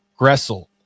Gressel